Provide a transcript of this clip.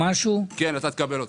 כן, אתה תקבל אותו.